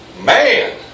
man